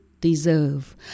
deserve